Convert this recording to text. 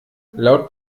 laut